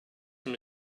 from